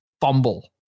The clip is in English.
fumble